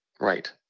Right